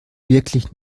wirklich